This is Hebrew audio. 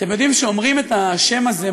אתם יודעים כשאומרים את השם הזה,